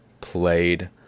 played